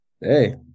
Hey